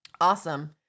Awesome